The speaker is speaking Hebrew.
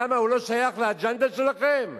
למה, הוא לא שייך לאג'נדה שלכם?